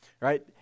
right